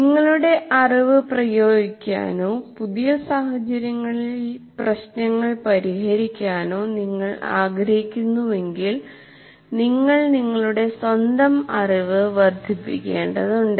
നിങ്ങളുടെ അറിവ് പ്രയോഗിക്കാനോ പുതിയ സാഹചര്യങ്ങളിൽ പ്രശ്നങ്ങൾ പരിഹരിക്കാനോ നിങ്ങൾ ആഗ്രഹിക്കുന്നുവെങ്കിൽ നിങ്ങൾ നിങ്ങളുടെ സ്വന്തം അറിവ് വർധിപ്പിക്കേണ്ടതുണ്ട്